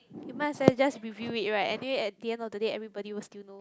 you might as well just reveal it right anyway at the end of the day everybody will still know